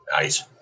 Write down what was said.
Nice